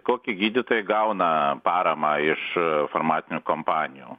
koki gydytojai gauna paramą iš farmacinių kompanijų